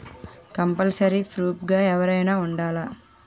Compulsory proof గా ఎవరైనా ఉండాలా?